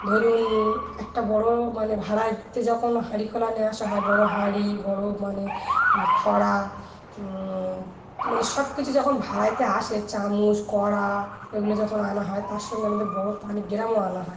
ধরুন একটা বড়ো মানে ভাড়াতে যখন হাঁড়িখোলা নিয়ে আসা হয় বড়ো হাঁড়ি বড়ো মানে খড়া মানে সব কিছু যখন ভাড়াতে আসে চামচ কড়া এগুলো যখন আনা হয় তার সঙ্গে আমাদের বড়ো পানির ড্রামও আনা হয়